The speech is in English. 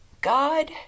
God